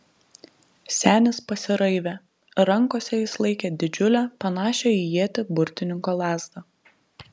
senis pasiraivė rankose jis laikė didžiulę panašią į ietį burtininko lazdą